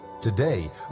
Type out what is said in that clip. Today